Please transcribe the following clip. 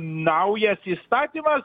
naujas įstatymas